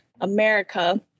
america